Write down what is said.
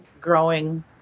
growing